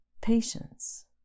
patience